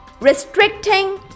restricting